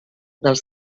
dels